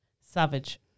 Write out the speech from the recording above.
Savage